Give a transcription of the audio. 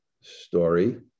story